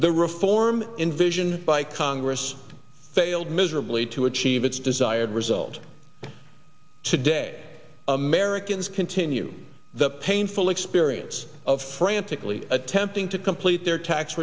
the reform in vision by congress failed miserably to achieve its desired result today americans continue the painful experience of frantically attempting to complete their tax